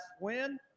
win